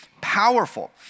powerful